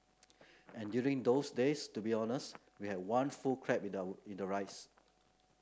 and during those days to be honest we had one full crab in the in the rice